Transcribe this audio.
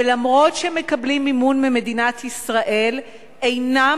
ואף-על-פי שהם מקבלים מימון ממדינת ישראל אינם